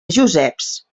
joseps